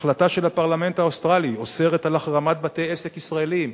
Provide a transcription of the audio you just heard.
החלטה של הפרלמנט האוסטרלי אוסרת על החרמת בתי-עסק ישראליים,